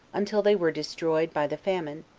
until they were destroyed by the famine,